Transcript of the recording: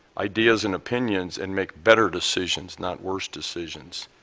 ideas and opinions and make better decisions, not worse decisions.